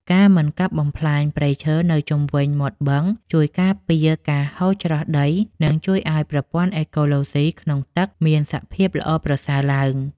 ការមិនកាប់បំផ្លាញព្រៃឈើនៅជុំវិញមាត់បឹងជួយការពារការហូរច្រោះដី និងជួយឱ្យប្រព័ន្ធអេកូឡូស៊ីក្នុងទឹកមានសភាពល្អប្រសើរឡើង។